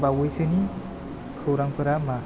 बावैसोनि खौरांफोरा मा